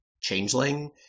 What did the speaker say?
changeling